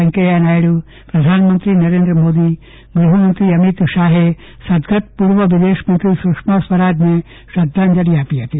વેકૈયા નાયડુ પ્રધાનમંત્રી નરેન્દ્ર મોદી અને ગૃહમંત્રી અમિતશાહે સદ્ગત પૂર્વ વિદેશમંત્રી સુષ્મા સ્વરાજને શ્રદ્ધાંજલી અર્પી હતી